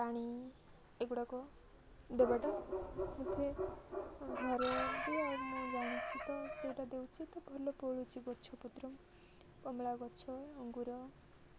ପାଣି ଏଗୁଡ଼ାକ ଦେବାଟା ମତେ ଘରେ ବି ଆଉ ମୁଁ ଜାଣିଛି ତ ସେଇଟା ଦେଉଛି ତ ଭଲ ଫଳୁଛି ଗଛପତ୍ର କମଳା ଗଛ ଅଙ୍ଗୁର